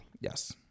Yes